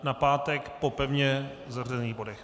Na pátek po pevně zařazených bodech.